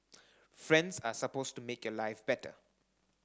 friends are supposed to make your life better